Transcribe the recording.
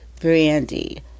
Brandy